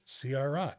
CRI